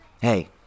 hey